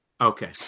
okay